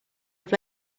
have